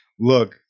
Look